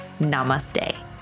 namaste